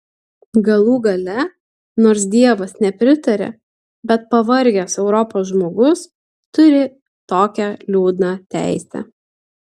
galų gale nors dievas nepritaria bet pavargęs europos žmogus turi tokią liūdną teisę